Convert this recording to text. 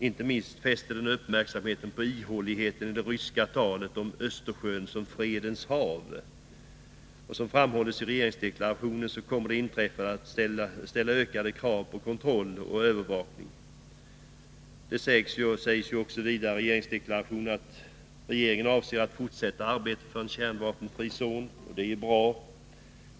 Inte minst fäste den uppmärksamheten på ihåligheten i det ryska talet om Östersjön som ett Fredens hav. Som framhålls i regeringsdeklarationen kommer det inträffade att ställa ökade krav på kontroll och övervakning. Det sägs vidare i regeringsdeklarationen att regeringen avser att fortsätta arbetet för en kärnvapenfri zon. Det är bra.